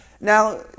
Now